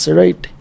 right